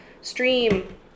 stream